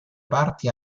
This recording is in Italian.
parti